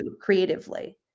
creatively